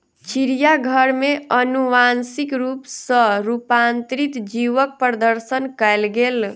चिड़ियाघर में अनुवांशिक रूप सॅ रूपांतरित जीवक प्रदर्शन कयल गेल